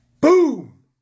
Boom